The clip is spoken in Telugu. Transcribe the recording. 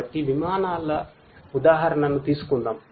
కాబట్టి విమానాల ఉదాహరణను తీసుకుందాం